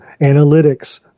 Analytics